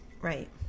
Right